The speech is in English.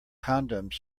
condoms